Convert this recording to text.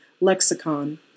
lexicon